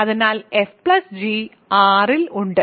അതിനാൽ f g R ൽ ഉണ്ട്